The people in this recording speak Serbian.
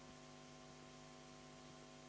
Hvala